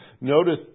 Notice